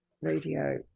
Radio